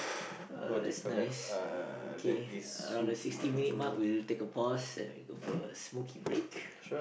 uh that's nice uh okay uh around the sixty minute mark we'll take a pause and we go for a smoky break